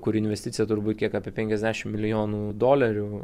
kur investicija turbūt kiek apie penkiasdešim milijonų dolerių